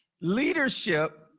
Leadership